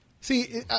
See